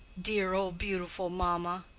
dear, old, beautiful mamma!